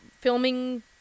filming